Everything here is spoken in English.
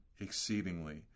exceedingly